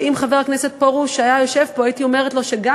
שאם חבר הכנסת פרוש היה יושב פה הייתי אומרת לו שגם